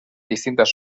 distintas